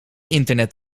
internet